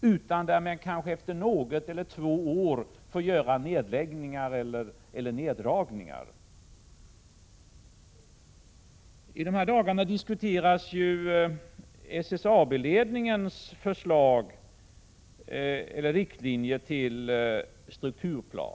utan där man kanske efter något eller ett par år får göra neddragningar eller nedläggningar. I dessa dagar diskuteras ju SSAB-ledningens riktlinjer för en strukturplan.